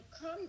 come